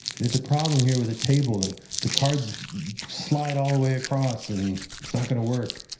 there's a problem here with the table the the cards slide all the way across and it's not going to work.